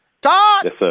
Todd